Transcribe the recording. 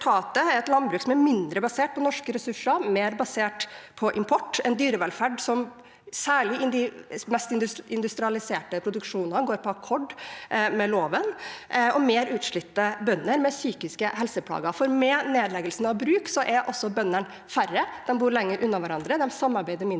landbruk som er mindre basert på norske ressurser og mer basert på import, en dyrevelferd som særlig i de mest industrialiserte produksjonene går på akkord med loven, og mer utslitte bønder med psykiske helseplager. Med nedleggelsen av bruk er bøndene færre, de bor lenger unna hverandre, de samarbeider mindre og